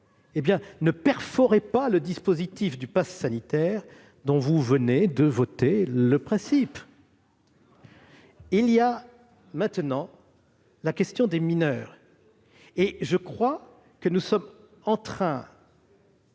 ne perforez pas le dispositif du passe sanitaire, dont vous venez de voter le principe. J'en viens à la question des mineurs. Je crois que nous sommes en train